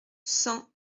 cent